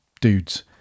dudes